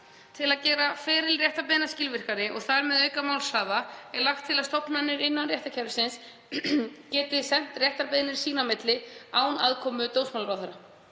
Til að gera feril réttarbeiðna skilvirkari og þar með auka málshraða er lagt til að stofnanir innan réttarkerfis geti sent réttarbeiðnir sín á milli, án aðkomu dómsmálaráðherra.